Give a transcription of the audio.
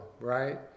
right